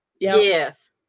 Yes